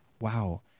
Wow